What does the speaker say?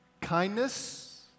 Kindness